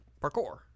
Parkour